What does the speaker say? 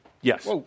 Yes